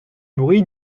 bruit